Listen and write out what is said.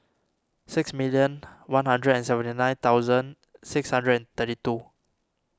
six million one hundred and seventy nine thousand six hundred and thirty two